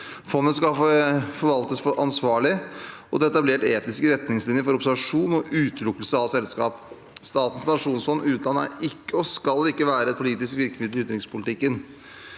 Fondet skal forvaltes ansvarlig, og det er etablert etiske retningslinjer for observasjon og utelukkelse av selskap. Statens pensjonsfond utland er ikke og skal ikke være et politisk virkemiddel i utenrikspolitikken.